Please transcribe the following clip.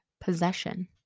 possession